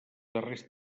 darrers